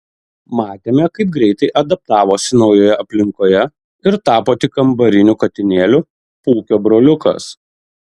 matėme kaip greitai adaptavosi naujoje aplinkoje ir tapo tik kambariniu katinėliu pūkio broliukas